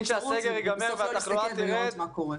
לרוץ ובסוף לא להסתכל ולראות מה קורה.